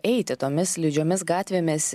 eiti tomis slidžiomis gatvėmis